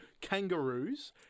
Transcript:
kangaroos